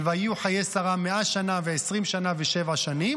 של: "ויהיו חיי שרה מאה שנה ועשרים שנה ושבע שנים"